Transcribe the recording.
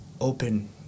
open